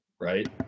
right